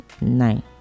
nine